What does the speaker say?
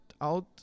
out